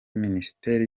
minisiteri